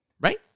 Right